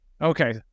Okay